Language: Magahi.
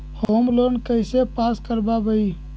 होम लोन कैसे पास कर बाबई?